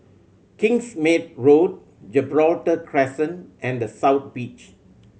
Kingsmead Road Gibraltar Crescent and The South Beach